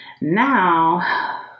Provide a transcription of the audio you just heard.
now